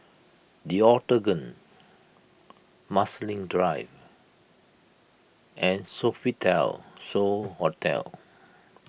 the Octagon Marsiling Drive and Sofitel So Hotel